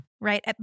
Right